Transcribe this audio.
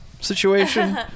situation